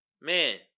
Man